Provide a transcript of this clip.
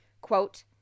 Quote